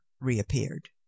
reappeared